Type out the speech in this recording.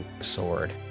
sword